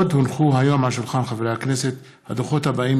עוד הונחו היום על שולחן הכנסת הדוחות האלה,